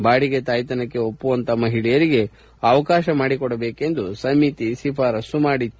ಬಾಡಿಗೆ ತಾಯ್ತನಕ್ಕೆ ಒಪ್ಸುವಂತಹ ಮಹಿಳೆಯರಿಗೆ ಅವಕಾಶ ಮಾಡಿಕೊಡಬೇಕೆಂದು ಸಮಿತಿ ಶಿಫಾರಸ್ಸು ಮಾಡಿತ್ತು